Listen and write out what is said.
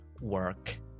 work